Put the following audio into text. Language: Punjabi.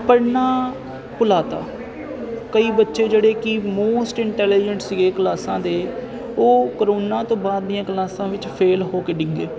ਪੜ੍ਹਨਾ ਭੁਲਾਤਾ ਕਈ ਬੱਚੇ ਜਿਹੜੇ ਕਿ ਮੋਸਟ ਇੰਟੈਲੀਜਟ ਸੀਗੇ ਕਲਾਸਾਂ ਦੇ ਉਹ ਕਰੋਨਾ ਤੋਂ ਬਾਅਦ ਦੀਆਂ ਕਲਾਸਾਂ ਵਿੱਚ ਫੇਲ ਹੋ ਕੇ ਡਿੱਗੇ